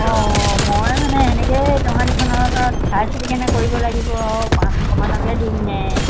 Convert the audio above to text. অঁ মই মানে সেনেকেই টঙালীখনত চাই চিটি কেনে কৰিব লাগিব আৰু পাঁচশ মানকে দিমনে